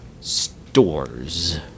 stores